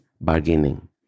bargaining